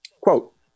Quote